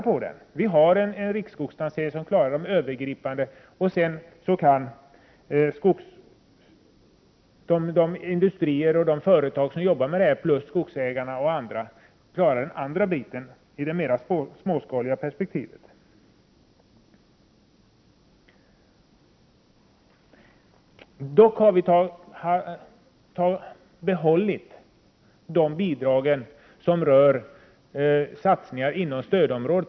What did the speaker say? Den övergripande inventeringen klaras av genom riksskogstaxeringen, och sedan kan de industrier, skogsägare och andra som jobbar med detta klara av den andra delen i det mer småskaliga perspektivet. Vi föreslår dock att de bidrag skall behållas som rör satsningar inom stödområdet.